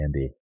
Andy